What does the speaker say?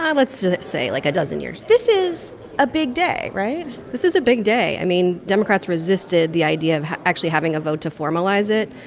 um let's just say, like, a dozen years this is a big day, right? this is a big day. i mean, democrats resisted the idea of actually having a vote to formalize it.